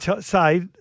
say